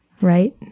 right